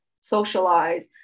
socialize